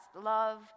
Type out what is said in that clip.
love